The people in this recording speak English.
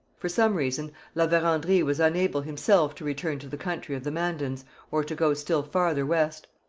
for some reason la verendrye was unable himself to return to the country of the mandans or to go still farther west.